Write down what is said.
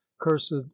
cursed